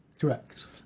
Correct